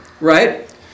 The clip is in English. right